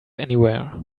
anywhere